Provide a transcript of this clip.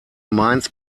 mainz